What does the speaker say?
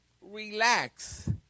relax